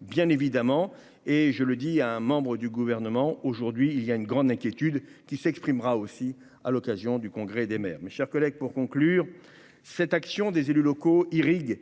bien évidemment et je le dis à un membre du gouvernement, aujourd'hui il y a une grande inquiétude qui s'exprimera aussi à l'occasion du congrès des maires, mes chers collègues, pour conclure cette action des élus locaux irriguent